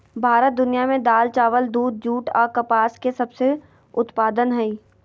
भारत दुनिया में दाल, चावल, दूध, जूट आ कपास के सबसे उत्पादन हइ